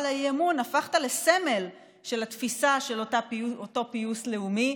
לאי-אמון הפכת לסמל של התפיסה של אותו פיוס לאומי,